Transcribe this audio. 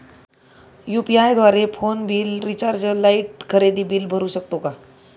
UPI द्वारे phone bill, recharge, light, खरेदी bill भरू शकतो का?